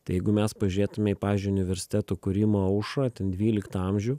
tai jeigu mes pažiūrėtume į pavyzdžiui universitetų kūrimo aušrą ten dvyliktą amžių